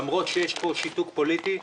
למרות שיש פה שיתוק פוליטי,